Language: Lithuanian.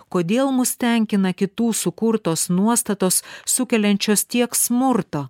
kodėl mus tenkina kitų sukurtos nuostatos sukeliančios tiek smurto